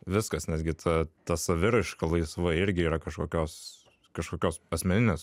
viskas nesgi ta ta saviraiška laisva irgi yra kažkokios kažkokios asmeninės